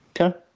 Okay